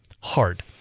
hard